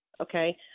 okay